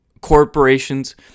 corporations